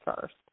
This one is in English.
first